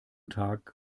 tag